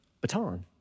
baton